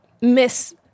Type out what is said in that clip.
miss